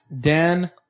Dan